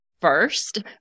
first